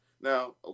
Now